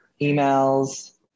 emails